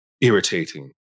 irritating